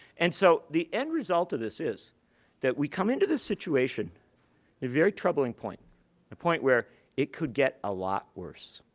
and so the end result of this is that we come into this situation in a very troubling point, the point where it could get a lot worse.